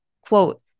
quote